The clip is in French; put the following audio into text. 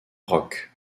rock